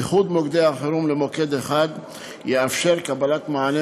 איחוד מוקדי החירום למוקד אחד יאפשר קבלת מענה